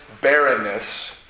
barrenness